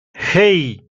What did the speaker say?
hey